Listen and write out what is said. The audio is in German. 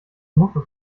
muffe